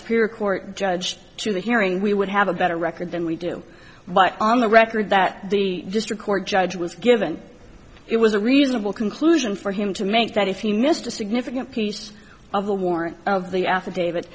spirit court judge to the hearing we would have a better record than we do but on the record that the district court judge was given it was a reasonable conclusion for him to make that if you missed a significant piece of the warrant of the affidavit